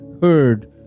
heard